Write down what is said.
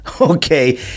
Okay